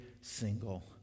single